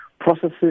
processes